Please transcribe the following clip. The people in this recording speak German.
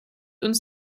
uns